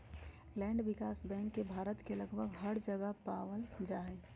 land विकास bank के भारत के लगभग हर जगह पावल जा हई